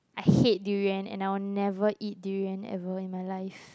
I hate durian and I will never eat durian ever in my life